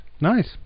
Nice